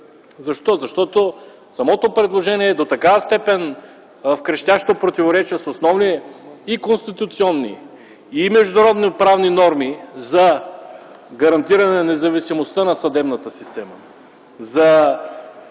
Защо? Защото самото предложение – до такава степен – е в крещящо противоречие с основни конституционни и международноправни норми за гарантиране независимостта на съдебната система,